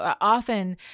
Often